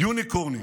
יוניקורנים,